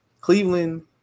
Cleveland